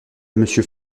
monsieur